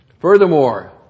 Furthermore